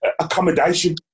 accommodation